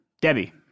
Debbie